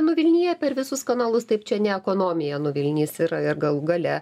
nuvilnija per visus kanalus taip čia ne ekonomija nuvilnys ir ir galų gale